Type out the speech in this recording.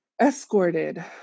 escorted